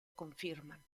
confirman